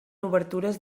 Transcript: obertures